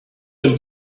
them